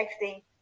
safety